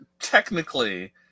technically